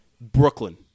Brooklyn